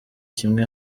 kimwe